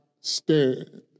stand